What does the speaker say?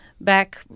back